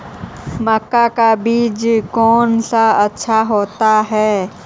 मक्का का बीज कौन सा अच्छा होता है?